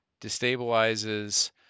destabilizes